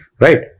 Right